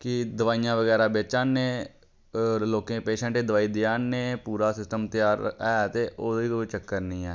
कि दवाईयां बगैरा बेचा न होर लोकें पेशैंट गी दवाई देऐ न पूरा सिस्टम त्यार ऐ ते ओह्दे कोई चक्कर नी ऐ